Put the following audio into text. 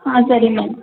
ಹಾಂ ಸರಿ ಮ್ಯಾಮ್